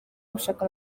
gushaka